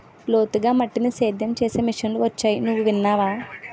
లోతుగా మట్టిని సేద్యం చేసే మిషన్లు వొచ్చాయి నువ్వు విన్నావా?